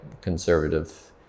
conservative